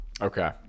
Okay